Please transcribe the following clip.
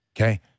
Okay